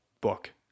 book